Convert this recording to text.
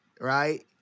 Right